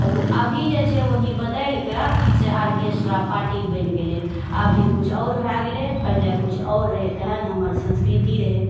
अभी जे छै वही बदलिके से आर्केस्ट्रा पार्टी बनी गेलय अभी कुछ आओर भए गेलय पहिले कुछ आओर रहय एहन हमर संस्कृति रहय